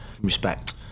respect